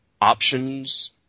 options